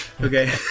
okay